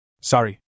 Sorry